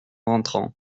rentrant